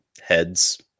Heads